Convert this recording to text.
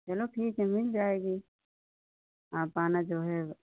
चलो ठीक है मिल जाएगी आप आना जो है